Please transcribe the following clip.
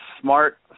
smart